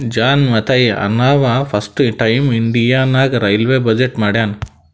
John Mathai ಅಂನವಾ first time India ನಾಗ್ railway budget ಮಾಡ್ಯಾನ್